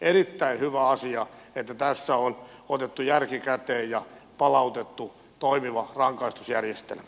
erittäin hyvä asia että tässä on otettu järki käteen ja palautettu toimiva rangaistusjärjestelmä